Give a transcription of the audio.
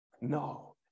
No